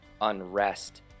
unrest